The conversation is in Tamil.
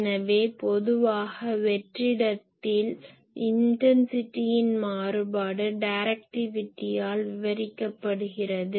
எனவே பொதுவாக வெற்றிடத்தில் இன்டன்சிட்டியின் மாறுபாடு டைரக்டிவிட்டியால் விவரிக்கப்படுகிறது